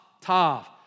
tav